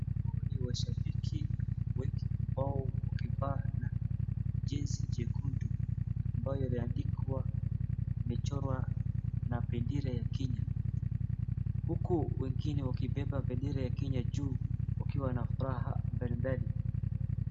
Huku ni mashabiki, wengi wao wakivaa jezi jekundu, ambayo imeandikwa, imechorwa na bendera ya Kenya, huku wengine wakibeba bendera ya Kenya juu, wakiwa na furaha mbalimbali.